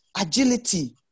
agility